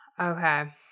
Okay